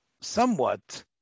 somewhat